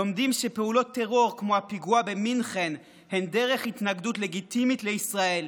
לומדים שפעולות טרור כמו הפיגוע במינכן הן דרך התנגדות לגיטימית לישראל.